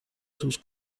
sus